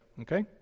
Okay